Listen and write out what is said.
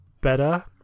better